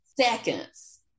seconds